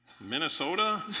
Minnesota